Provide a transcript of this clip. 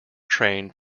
trained